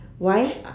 why